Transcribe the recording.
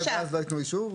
אולי ואז לא ייתנו אישור.